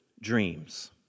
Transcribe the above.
dreams